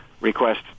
request